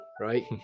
right